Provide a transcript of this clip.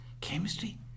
chemistry